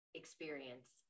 experience